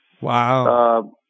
Wow